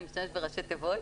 אני משתמשת בראשי תיבות.